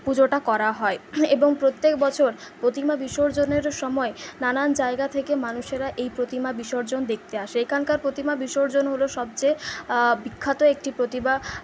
পুজোটা করা হয় এবং প্রত্যেক বছর প্রতিমা বিসর্জনের সময় নানান জায়গা থেকে মানুষেরা এই প্রতিমা বিসর্জন দেখতে আসে এখানকার প্রতিমা বিসর্জন হল সবচেয়ে বিখ্যাত একটি প্রতিমা